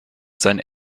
sein